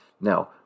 Now